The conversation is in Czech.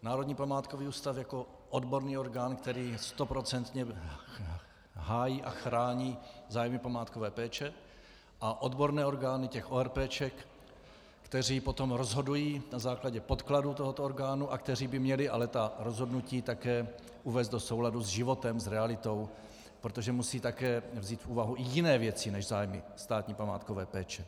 Národní památkový ústav jako odborný orgán, který stoprocentně hájí a chrání zájmy památkové péče, a odborné orgány těch ORP, které potom rozhodují na základě podkladů tohoto orgánu a které by měly také ta rozhodnutí uvést do souladu s životem, s realitou, protože musí také vzít v úvahu i jiné věci než zájmy státní památkové péče.